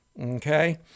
Okay